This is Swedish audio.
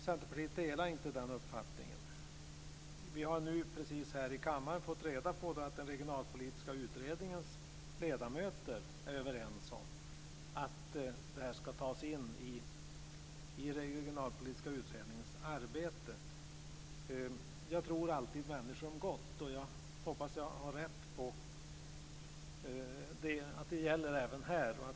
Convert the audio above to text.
Centerpartiet delar inte den uppfattningen. Vi har här i kammaren precis fått reda på att den regionalpolitiska utredningens ledamöter är överens om att dessa frågor ska tas in i Regionalpolitiska utredningens arbete. Jag tror alltid människor om gott, och jag hoppas att jag får rätt även här.